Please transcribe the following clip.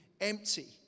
empty